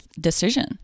decision